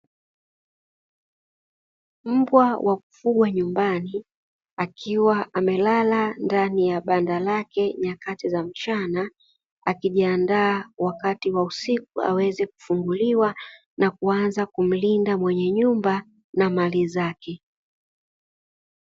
Mbwa wa kufugwa nyumbani akiwa amelala ndani ya banda lake nyakati za mchana, akijiandaa wakati wa usiku aweze kufunguliwa na kuanza kumlinda mwenye nyumba na mali zake.